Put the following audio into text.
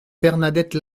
bernadette